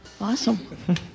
awesome